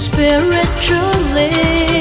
Spiritually